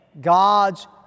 God's